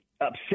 upset